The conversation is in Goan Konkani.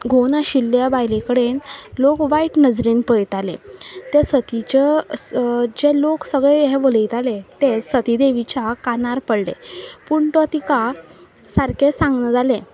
घोव नाशिल्ल्या बायले कडेन लोक वायट नदरेंत पळयताले ते सतीचे जे लोक सगळे हे उलयताले ते सतीदेवीच्या कानार पडले पूण तो तिका सारकें सांगना जाले